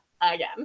again